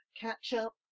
catch-up